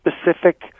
specific